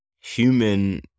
human